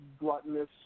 gluttonous